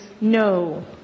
No